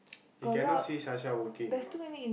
he cannot see Sasha working you know